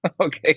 Okay